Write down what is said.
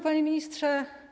Panie Ministrze!